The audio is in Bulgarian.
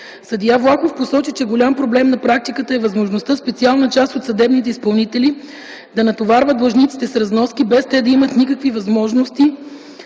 Съдия Влахов посочи, че голям проблем на практиката е възможността специална част от съдебните изпълнители да натоварват длъжниците с разноски, без те да имат никаква възможност